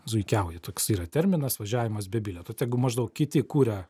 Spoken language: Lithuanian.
zuikiauji toks yra terminas važiavimas be bilieto tai jeigu maždaug kiti kuria